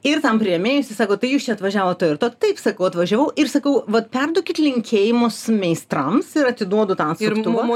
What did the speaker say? ir tam priėmėjui jisai sako tai jūs čia atvažiavot to ir to taip sakau atvažiavau ir sakau vat perduokit linkėjimus meistrams ir atiduodu tą atsuktuvą